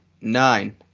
nine